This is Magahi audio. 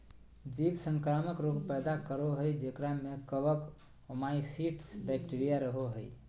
जीव संक्रामक रोग पैदा करो हइ जेकरा में कवक, ओमाइसीट्स, बैक्टीरिया रहो हइ